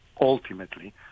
ultimately